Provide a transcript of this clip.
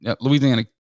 Louisiana